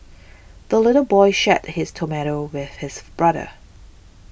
the little boy shared his tomato with his brother